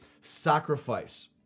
sacrifice